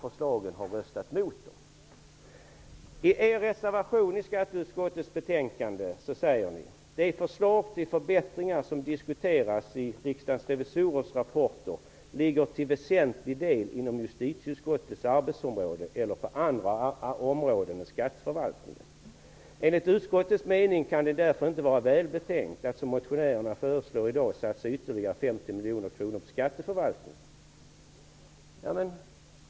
I er reservation som fogats till skatteutskottets betänkande säger ni: ''Det förslag till förbättringar som diskuteras i Riksdagens revisorers rapporter ligger till väsentlig del inom justitieutskottets arbetsområde eller på andra områden än skatteförvaltningen. Enligt utskottets mening kan det därför inte vara välbetänkt att som motionärerna föreslår i dag satsa ytterligare 50 miljoner på skatteförvaltningen.''